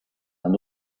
and